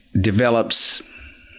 develops